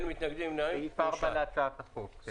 סעיף 4 להצעת החוק.